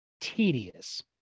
tedious